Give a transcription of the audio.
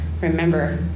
remember